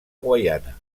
guaiana